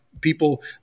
people